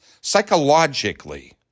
Psychologically